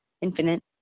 infinite